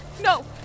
No